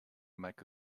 make